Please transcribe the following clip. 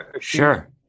sure